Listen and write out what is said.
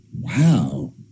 Wow